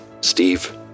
Steve